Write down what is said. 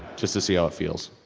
just to see how it feels.